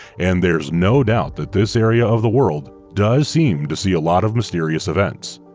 and there's no doubt that this area of the world does seem to see a lot of mysterious events.